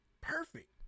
perfect